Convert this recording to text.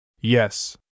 Yes